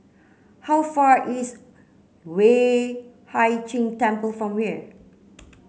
how far is Yueh Hai Ching Temple from here